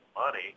money